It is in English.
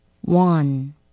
One